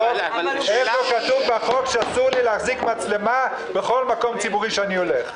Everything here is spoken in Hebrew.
איפה כתוב בחוק שאסור לי להחזיק מצלמה בכל מקום ציבורי שאני הולך.